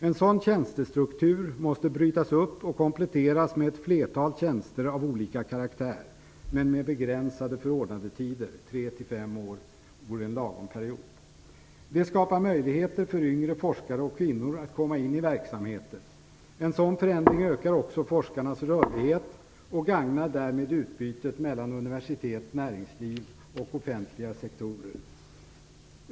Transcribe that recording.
En sådan tjänstestruktur måste brytas upp och kompletteras med ett flertal tjänster av olika karaktär men med begränsade förordnandetider. 3-5 år vore en lagom period. Det skulle skapa möjligheter för yngre forskare och kvinnor att komma in i verksamheten. En sådan förändring ökar också forskarnas rörlighet och gagnar därmed utbytet mellan universitet, näringsliv och offentliga sektorer.